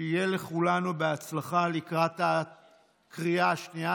שיהיה לכולנו בהצלחה לקראת הקריאה השנייה